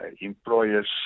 employers